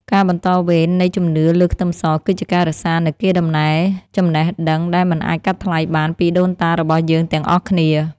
ការបន្តវេននៃជំនឿលើខ្ទឹមសគឺជាការរក្សានូវកេរ្តិ៍ដំណែលចំណេះដឹងដែលមិនអាចកាត់ថ្លៃបានពីដូនតារបស់យើងទាំងអស់គ្នា។